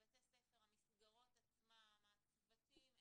ספר, המסגרות עצמן, הצוותים.